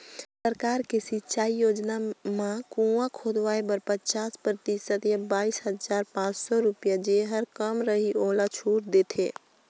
सरकार के सिंचई योजना म कुंआ खोदवाए बर पचास परतिसत य बाइस हजार पाँच सौ रुपिया जेहर कम रहि ओला छूट देथे